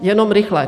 Jenom rychle.